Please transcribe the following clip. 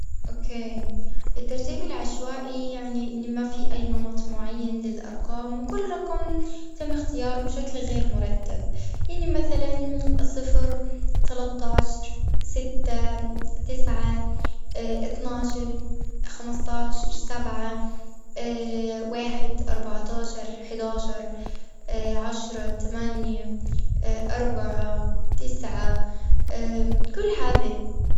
أوكي، الترتيب العشوائي، يعني إن ما في أي نمط معين للأرقام، وكل رقم تم اختياره بشكل غير مرتب. يعني مثلاً صفر، تلاتشر ستة، تسعة اتناشر خمستاشر، سبعة واحد، أربعتاشر حداشر عشرة، تمانية أربعة تسعة كل هذه.